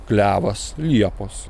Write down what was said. klevas liepos